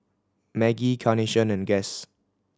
Maggi Carnation and Guess